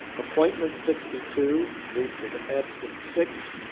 appointment sixty two, leaves of absent, six.